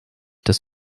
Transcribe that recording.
das